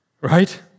Right